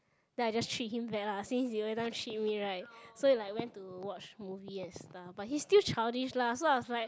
then I just treat him back lah since he everytime treat me right so we're like went to watch movie and stuff but he still childish lah so I was like